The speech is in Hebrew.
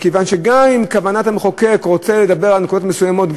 מכיוון שגם אם בכוונת המחוקק לדבר על נקודות מסוימות,